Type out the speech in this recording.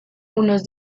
unos